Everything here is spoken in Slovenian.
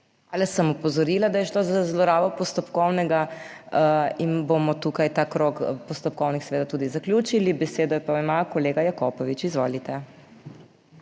Hvala. Sem opozorila, da je šlo za zlorabo postopkovnega in bomo tukaj ta krog postopkovnih seveda tudi zaključili. Besedo pa ima kolega Jakopovič. Izvolite.